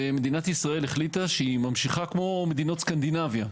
מדינת ישראל החליטה שהיא ממשיכה כמו מדינות סקנדינביה,